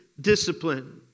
discipline